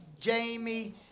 Jamie